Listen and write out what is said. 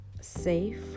safe